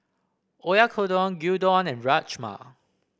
Oyakodon Gyudon and Rajma